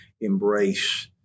embrace